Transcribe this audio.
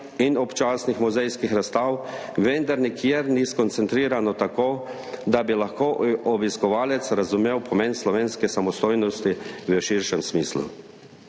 in občasnih muzejskih razstav, vendar nikjer ni skoncentrirano tako, da bi lahko obiskovalec razumel pomen slovenske samostojnosti v širšem smislu.